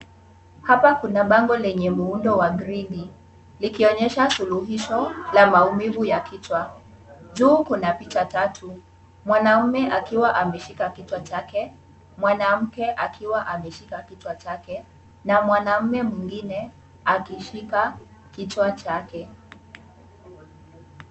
Hapa kuna bango lenye muundo wa gridi likionyesha suluhisho ya maumivu ya kichwa. Juu kuna picha tatu. Mwanaume akiwa ameshika kichwa chake, mwanamke akiwa ameshika kichwa chake na mwanaume mwingine akishika kichwa chake.